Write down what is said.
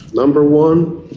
number one,